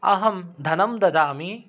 अहं धनं ददामि